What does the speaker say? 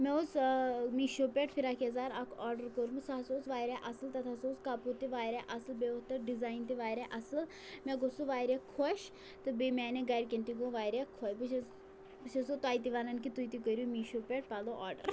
مےٚ اوس میٖشو پٮ۪ٹھ فِراک یَزار اَکھ آرڈَر کوٚرمُت سُہ ہَسا اوس واریاہ اَصٕل تَتھ ہَسا اوس کَپُر تہِ واریاہ اَصٕل بیٚیہِ اوس تَتھ ڈِزایِن تہِ واریاہ اَصٕل مےٚ گوٚو سُہ واریاہ خۄش تہٕ بیٚیہِ میانٮ۪ن گَرِکٮ۪ن تہِ گوٚو واریاہ خۄش بہٕ چھَس بہٕ چھَسو تۄہہِ تہِ وَنان کہِ تُہۍ تہِ کٔرِو میٖشو پٮ۪ٹھ پَلو آرڈَر